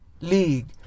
league